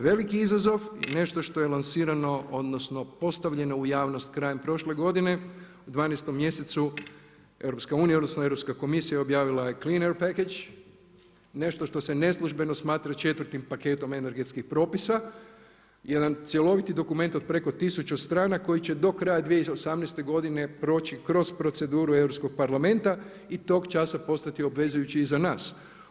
Veliki izazov i nešto što je lansirano odnosno postavljeno u javnost krajem prošle godine, u 12. mjesecu, EU odnosno Europska komisija je objavila cleaner package, nešto što se neslužbeno smatra četvrtim paketom energetskih propisa, jedan cjeloviti dokument od preko tisuću strana koje će do kraja 2018. godine proći kroz proceduru Europskog parlamenta i tog časa postati obvezujući i za nas.